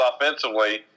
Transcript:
offensively